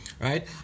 right